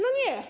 No nie.